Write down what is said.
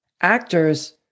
Actors